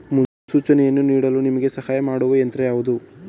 ಮುನ್ಸೂಚನೆಯನ್ನು ನೀಡಲು ನಿಮಗೆ ಸಹಾಯ ಮಾಡುವ ಯಂತ್ರ ಯಾವುದು?